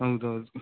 ಹೌದು ಹೌದು